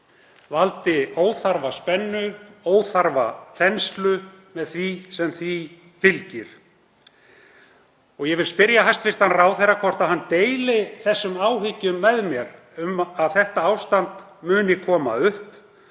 valdi óþarfaspennu, óþarfaþenslu með því sem því fylgir. Ég vil spyrja hæstv. ráðherra hvort hann deili þeim áhyggjum með mér að þetta ástand muni koma upp